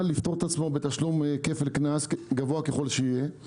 לפטור את עצמו בתשלום כפל קנס גבוה ככל שיהיה.